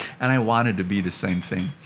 and i wanted to be the same thing.